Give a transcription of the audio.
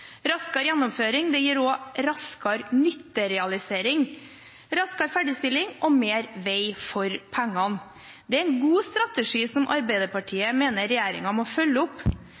raskere gjennomføring. Det gir også raskere nytterealisering, raskere ferdigstilling og mer vei for pengene. Det er en god strategi som Arbeiderpartiet mener regjeringen må følge opp,